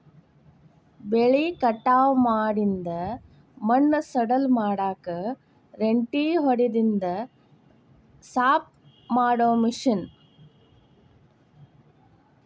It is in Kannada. ಬೆಳಿ ಕಟಾವ ಮಾಡಿಂದ ಮಣ್ಣ ಸಡಿಲ ಮಾಡಾಕ ರೆಂಟಿ ಹೊಡದಿಂದ ಸಾಪ ಮಾಡು ಮಿಷನ್